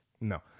No